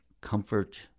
comfort